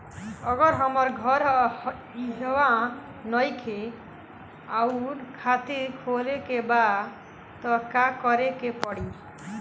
अगर हमार घर इहवा नईखे आउर खाता खोले के बा त का करे के पड़ी?